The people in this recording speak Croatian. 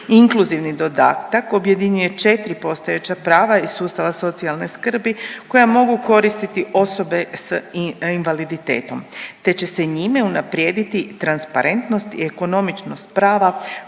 Inkluzivni dodatak objedinjuje 4 postojeća prava iz sustava socijalne skrbi koja mogu koristiti osobe s invaliditetom, te će se njime unaprijediti transparentnost i ekonomičnost prava